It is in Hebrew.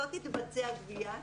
לא תתבצע גבייה,